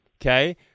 okay